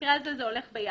במקרה הזה זה הולך ביחד.